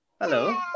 hello